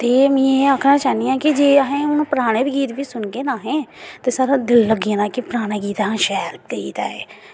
ते एह् में आक्खना चाहंदी आं कि एह् अस अगर पराने गीत बी सुनगे ना असें ते साढ़ा दिल लग्गी जाना कि साढ़ा पराना गीत शैल गीत ऐ एह्